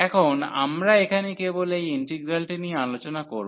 এখন আমরা এখানে কেবল এই ইন্টিগ্রালটি নিয়ে আলোচনা করব